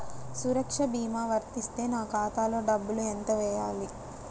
సురక్ష భీమా వర్తిస్తే నా ఖాతాలో డబ్బులు ఎంత వేయాలి?